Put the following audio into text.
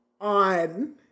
on